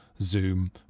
Zoom